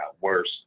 worse